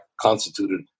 constituted